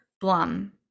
Blum